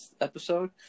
episode